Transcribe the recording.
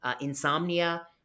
insomnia